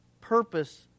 purpose